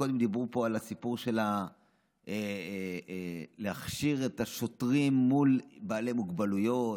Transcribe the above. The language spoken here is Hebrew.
קודם דיברו פה על הסיפור של להכשיר את השוטרים מול בעלי מוגבלויות,